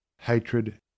hatred